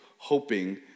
hoping